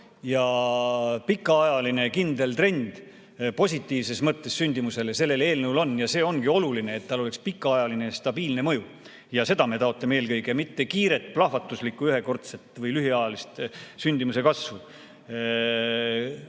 Ja pikaajaline kindel trend positiivses mõttes sündimusele sellel eelnõul on. See ongi oluline, et tal oleks pikaajaline stabiilne mõju. Seda me taotleme eelkõige, mitte kiiret plahvatuslikku ühekordset või lühiajalist sündimuse kasvu.